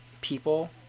people